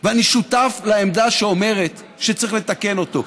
ואני שותף לעמדה שאומרת שצריך לתקן אותו.